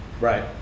Right